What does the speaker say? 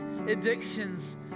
addictions